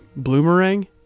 Bloomerang